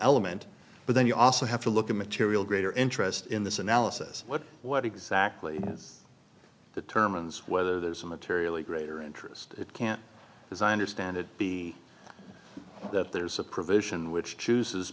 element but then you also have to look at material greater interest in this analysis what what exactly is the terminus whether there's a materially greater interest it can't design or stand it be that there's a provision which chooses